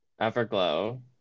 Everglow